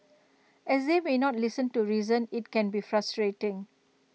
as they may not listen to reason IT can be frustrating